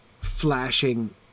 flashing